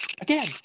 again